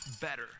better